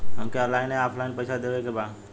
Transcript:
हमके ऑनलाइन या ऑफलाइन पैसा देवे के बा?